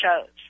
shows